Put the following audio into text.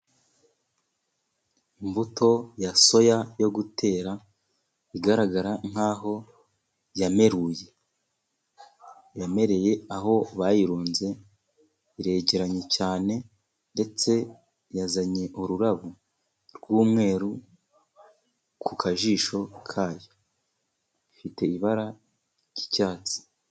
Imbuto ya soya yo gutera igaragara nkaho yameruye, yamereye aho bayirunze. Iregeranye cyane, ndetse yazanye ururabo rw'umweru ku kajisho kayo. ifite ibara ry'icyatsi.